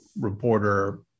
reporter